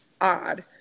odd